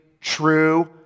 true